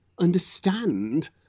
understand